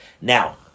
Now